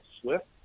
SWIFT